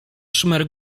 szmer